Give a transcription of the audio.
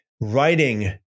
writing